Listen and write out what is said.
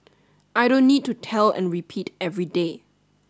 I don't need to tell and repeat every day